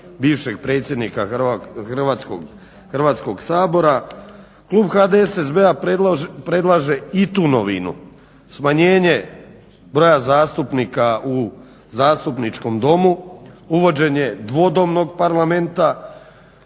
bivšeg predsjednika Hrvatskog sabora. Klub HDSSB-a predlaže i tu novinu, smanjenje broja zastupnika u Zastupničkom domu, uvođenje dvodomnog parlamenta.